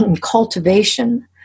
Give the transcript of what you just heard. cultivation